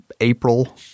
April